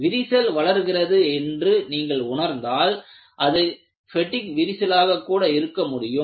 விரிசல் வளர்கிறது என்று நீங்கள் உணர்ந்தால் அது பெட்டிக் விரிசலாக கூட இருக்க முடியும்